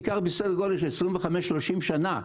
ייקח סדר גודל של 25 עד 30 שנה.